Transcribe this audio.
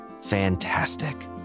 Fantastic